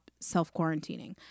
self-quarantining